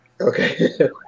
Okay